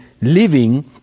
living